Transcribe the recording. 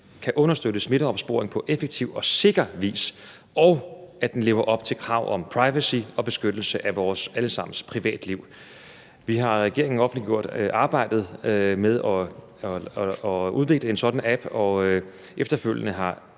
kan understøtte smitteopsporing på effektiv og sikker vis, og at den lever op til krav om privacy og beskyttelse af vores alle sammens privatliv. Vi har i regeringen offentliggjort arbejdet med at udvikle en sådan app, og i og med at